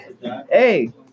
Hey